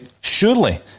surely